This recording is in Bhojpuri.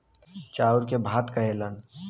चाउर के भात कहेलन